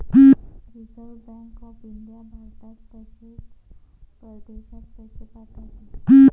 reserve Bank of India भारतात तसेच परदेशात पैसे पाठवते